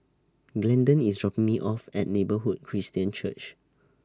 Glendon IS dropping Me off At Neighbourhood Christian Church